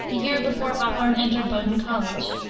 the year before hawthorne entered bowdoin college,